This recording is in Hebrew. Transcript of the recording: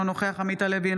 אינו נוכח עמית הלוי,